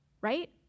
right